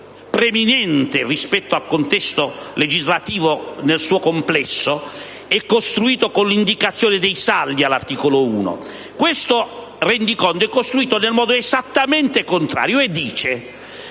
preminente rispetto al contesto legislativo nel suo complesso) è costruito con l'indicazione dei saldi. Questo rendiconto, invece, è costruito nel modo esattamente contrario, in